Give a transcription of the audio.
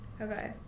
okay